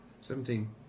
seventeen